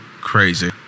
crazy